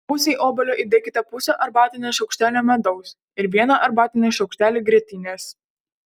pusei obuolio įdėkite pusę arbatinio šaukštelio medaus ir vieną arbatinį šaukštelį grietinės